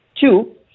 Two